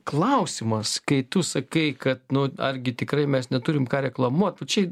klausimas kai tu sakai kad nu argi tikrai mes neturim ką reklamuot nu čia